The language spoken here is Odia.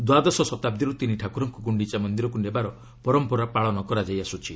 ଦ୍ୱାଦଶ ଶତାବ୍ଦୀରୁ ତିନିଠାକୁରଙ୍କୁ ଗୁଣ୍ଡିଚା ମନ୍ଦିରକୁ ନେବାର ପରମ୍ପରା ପାଳନ କରାଯାଇଆସୁଛି